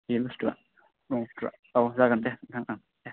बे बुस्तुआ औ जागोन दे